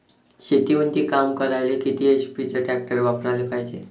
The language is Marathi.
शेतीमंदी काम करायले किती एच.पी चे ट्रॅक्टर वापरायले पायजे?